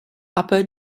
upper